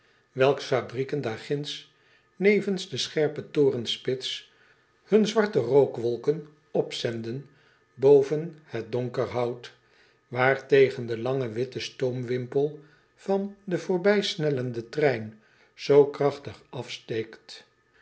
welks fabrieken daar ginds nevens de scherpe torenspits hun zwarte rookwolken opzenden boven het donker hout waartegen de lange witte stoomwimpel van den voorbijsnellenden trein zoo krachtig afsteekt